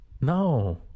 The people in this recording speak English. no